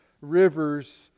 rivers